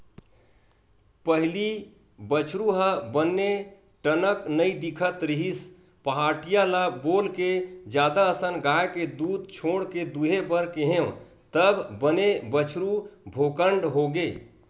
पहिली बछरु ह बने टनक नइ दिखत रिहिस पहाटिया ल बोलके जादा असन गाय के दूद छोड़ के दूहे बर केहेंव तब बने बछरु भोकंड होगे